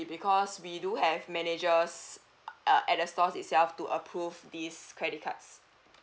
because we do have managers uh at the stores itself to approve these credit cards